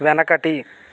వెనకటి